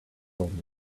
told